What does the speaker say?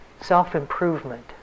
self-improvement